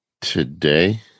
today